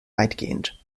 weitgehend